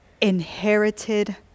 inherited